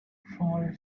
fall